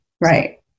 Right